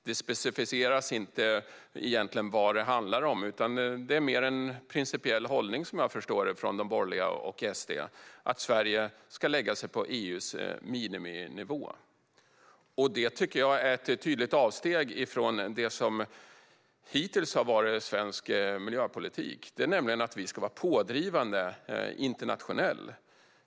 Det specificeras egentligen inte vad det handlar om, utan det är mer en principiell hållning, som jag förstår det, från de borgerliga och SD: Sverige ska lägga sig på EU:s miniminivå. Detta tycker jag är ett tydligt avsteg från det som hittills har varit svensk miljöpolitik, nämligen att vi ska vara pådrivande internationellt.